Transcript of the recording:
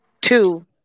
two